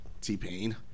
T-Pain